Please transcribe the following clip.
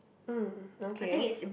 mm okay